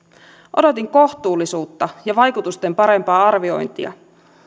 odotin kohtuullisuutta ja vaikutusten parempaa arviointia